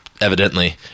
evidently